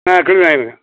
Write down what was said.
ஆ clean ஆயிடுங்க